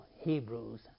Hebrews